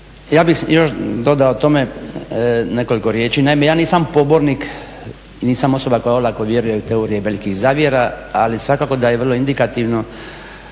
Ja bih još dodao tome nekoliko riječi. Naime ja nisam pobornik, nisam osoba koja olako vjeruje u teorije velikih zavjera, ali svakako da je vrlo indikativno